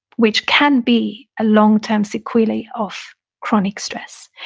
which can be a long term sequelae of chronic stress,